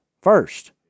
first